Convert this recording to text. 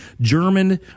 German